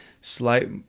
Slight